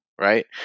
right